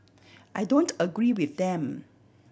I don't agree with them